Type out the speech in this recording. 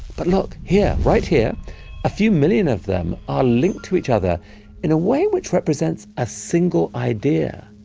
but look here, right here a few million of them are linked to each other in a way which represents a single idea.